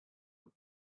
them